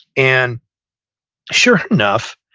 and sure enough,